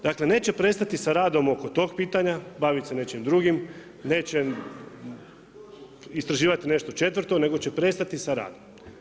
Dakle, neće prestati sa radom oko tog pitanja, bavit se nečim drugim, neće istraživati nešto četvrto nego će prestati sa radom.